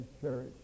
Church